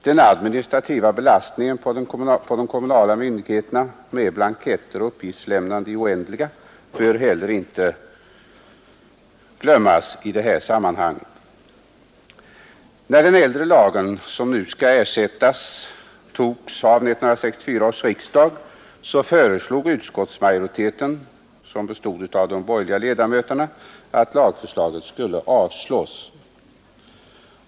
Den administrativa belastningen på de kommunla myndigheterna, med blanketter och uppgiftslämnande i det oändliga, bör heller inte glömmas i det här sammanhanget. När den äldre lagen, som nu skall ersättas, togs av riksdagen föreslog utskottsmajoriteten — som bestod av de borgerliga ledamöterna — att lagförslaget skulle avslås.